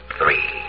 three